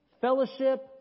fellowship